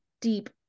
deep